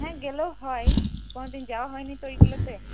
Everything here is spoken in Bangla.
হ্যাঁ গেলেও হয় কোনোদিন যাওয়া হয়নি তো ওইগুলোতে